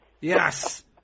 Yes